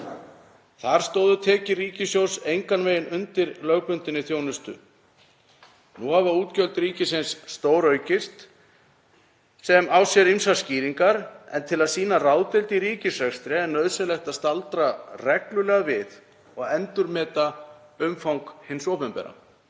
Þar stóðu tekjur ríkissjóðs engan veginn undir lögbundinni þjónustu. Nú hafa útgjöld ríkisins stóraukist sem á sér ýmsar skýringar en til að sýna ráðdeild í ríkisrekstri er nauðsynlegt að staldra reglulega við og endurmeta umfang hins opinbera.